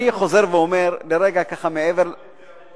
אתה חושב ששר החוץ